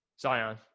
Zion